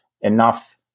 enough